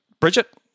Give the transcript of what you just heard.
Bridget